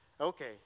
okay